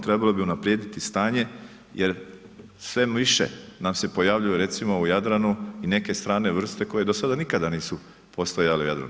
Trebali bi unaprijediti stanje jer sve više nam se pojavljuje recimo u Jadranu i neke strane vrste koje do sada nikada nisu postojale u Jadranu.